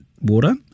water